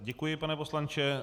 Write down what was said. Děkuji pane poslanče.